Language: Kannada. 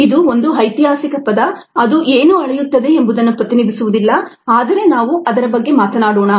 ಇದು ಒಂದು ಐತಿಹಾಸಿಕ ಪದ ಅದು ಏನು ಅಳೆಯುತ್ತದೆ ಎಂಬುದನ್ನು ಪ್ರತಿನಿಧಿಸುವುದಿಲ್ಲ ಆದರೆ ನಾವು ಅದರ ಬಗ್ಗೆ ಮಾತನಾಡೋಣ